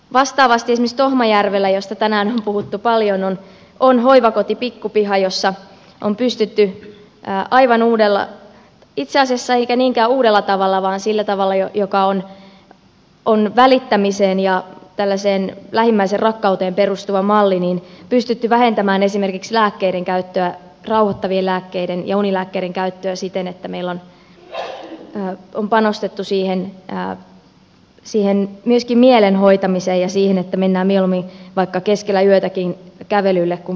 vastaavasti esimerkiksi tohmajärvellä josta tänään on puhuttu paljon on hoivakoti pikkupiha jossa on pystytty aivan uudella tavalla tai itse asiassa ei ehkä niinkään uudella tavalla vaan sillä tavalla joka on välittämiseen ja lähimmäisenrakkauteen perustuva malli vähentämään esimerkiksi rauhoittavien lääkkeiden ja unilääkkeiden käyttöä siten että meillä on panostettu myöskin siihen mielen hoitamiseen ja siihen että mennään mieluummin vaikka keskellä yötäkin kävelylle kuin pilleripurkille